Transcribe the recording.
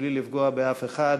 מבלי לפגוע באף אחד